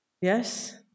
Yes